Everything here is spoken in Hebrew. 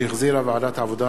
שהחזירה ועדת העבודה,